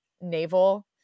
naval